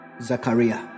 Zachariah